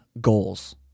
goals